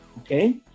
okay